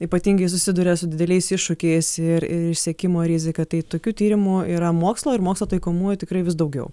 ypatingai susiduria su dideliais iššūkiais ir ir išsekimo rizika tai tokių tyrimų yra mokslo ir mokslo taikomųjų tikrai vis daugiau